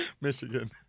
Michigan